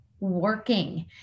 working